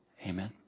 Amen